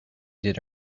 did